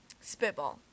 Spitball